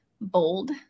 bold